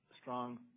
strong